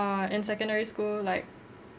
uh in secondary school like